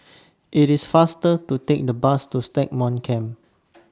IT IS faster to Take The Bus to Stagmont Camp